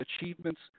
achievements